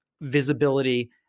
visibility